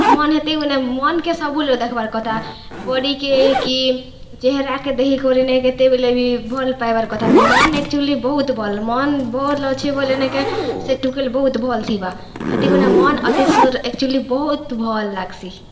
ମନ୍ ହେଥିଗୁନେ ମନ୍କେ ସବୁ ଲୋକ୍ ଦେଖ୍ବାର୍ କଥା ବଡ଼ିକେ କି ଚେହେରାକେ ଦେଖିକରି ନେଇଁ କେତେବେଲେ ବି ଭଲ୍ ପାଇବାର୍ କଥା ନେଇଁ ମନ୍ ଏକ୍ଚୁଲି ବହୁତ୍ ଭଲ୍ ମନ୍ ଭଲ୍ ଅଛେ ବଏଲେ ନେକେଁ ସେ ଟୁକେଲ୍ ବୋହୁତ୍ ଭଲ୍ ଥିବା ହେଥିଗୁନେ ମନ୍ ଅତି ସୁନ୍ଦର୍ ଏକ୍ଚୁଲି ବହୁତ୍ ଭଲ୍ ଲାଗ୍ସି